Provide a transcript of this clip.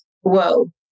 whoa